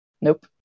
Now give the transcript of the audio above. nope